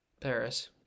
Paris